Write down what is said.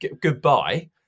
Goodbye